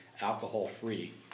alcohol-free